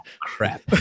crap